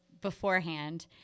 beforehand